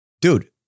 dude